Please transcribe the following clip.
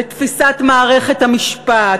בתפיסת מערכת המשפט,